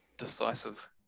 Decisive